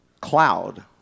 cloud